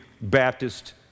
Baptist